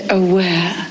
aware